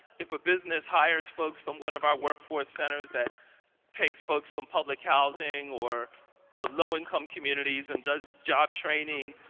if a business hires folks from one of our workforce centers that takes folks from public housing, or ah low income communities and does job training,